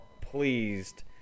pleased